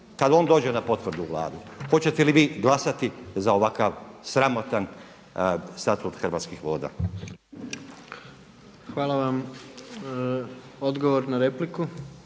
kada on dođe na potvrdu Vlade hoćete li vi glasati za ovakav sramotan statut Hrvatskih voda. **Jandroković,